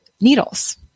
needles